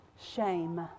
shame